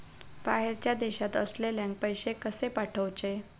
बाहेरच्या देशात असलेल्याक पैसे कसे पाठवचे?